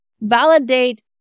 validate